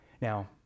Now